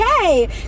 Okay